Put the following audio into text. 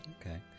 okay